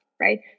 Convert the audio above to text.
right